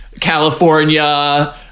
California